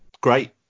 great